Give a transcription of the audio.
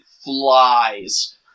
flies